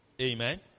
Amen